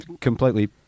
completely